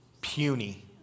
Puny